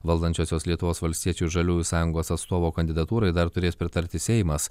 valdančiosios lietuvos valstiečių ir žaliųjų sąjungos atstovo kandidatūrai dar turės pritarti seimas